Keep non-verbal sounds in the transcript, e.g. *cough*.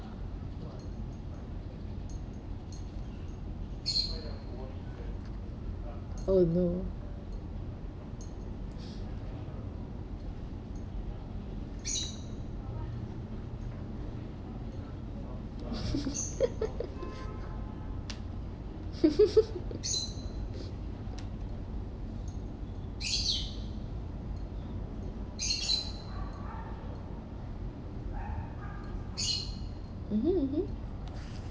oh no *laughs* mmhmm mmhmm